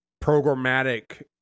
programmatic